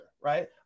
right